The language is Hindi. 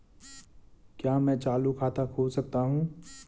क्या मैं चालू खाता खोल सकता हूँ?